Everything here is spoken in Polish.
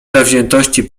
zawziętości